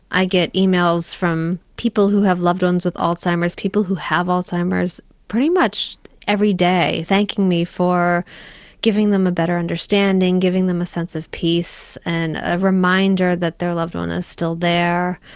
i get emails from people who have loved-ones with alzheimer's, people who have alzheimer's, pretty much every day thanking me for giving them a better understanding, giving them a sense of peace and a reminder that their loved one is still there.